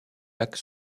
lac